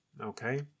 okay